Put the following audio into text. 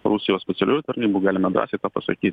rusijos specialiųjų tarnybų galime drąsiai pasakyt